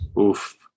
Oof